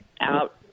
out